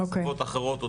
שפות אחרות,